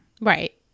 Right